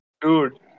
Dude